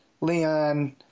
Leon